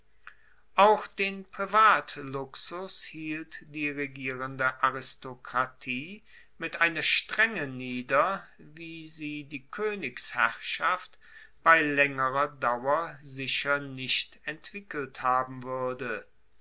auch den privatluxus hielt die regierende aristokratie mit einer strenge nieder wie sie die koenigsherrschaft bei laengerer dauer sicher nicht entwickelt haben wuerde